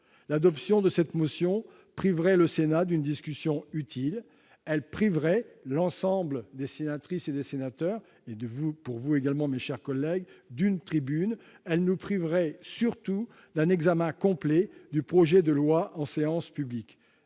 L'adoption de cette motion priverait le Sénat d'une discussion utile. Elle priverait l'ensemble des sénatrices et des sénateurs d'une tribune. Elle nous priverait surtout d'un examen complet du projet de loi en séance publique.